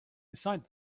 besides